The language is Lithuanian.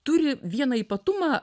turi vieną ypatumą